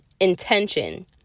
intention